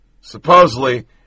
supposedly